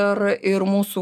ir ir mūsų